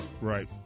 Right